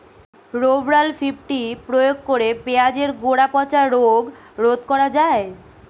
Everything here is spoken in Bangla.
রোভরাল ফিফটি প্রয়োগ করে পেঁয়াজের গোড়া পচা রোগ রোধ করা যায়?